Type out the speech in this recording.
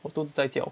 我肚子在叫